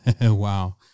wow